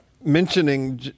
mentioning